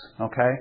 Okay